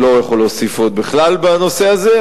אני לא יכול להוסיף עוד בכלל בנושא הזה,